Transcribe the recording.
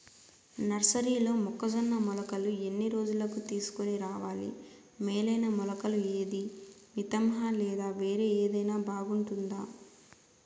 నర్సరీలో మొక్కజొన్న మొలకలు ఎన్ని రోజులకు తీసుకొని రావాలి మేలైన మొలకలు ఏదీ? మితంహ లేదా వేరే ఏదైనా బాగుంటుందా?